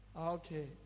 Okay